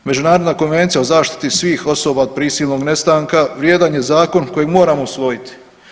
Međunarodna konvencija o zaštiti svih osoba od prisilnog nestanka vrijedan je zakon kojeg moramo usvojiti.